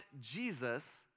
Jesus